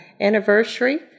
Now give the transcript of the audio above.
anniversary